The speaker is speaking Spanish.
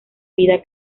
vida